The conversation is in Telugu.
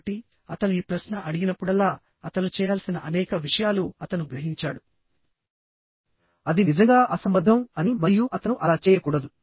కాబట్టి అతను ఈ ప్రశ్న అడిగినప్పుడల్లా అతను చేయాల్సిన అనేక విషయాలు అతను గ్రహించాడు అది నిజంగా అసంబద్ధం అని మరియు అతను అలా చేయకూడదు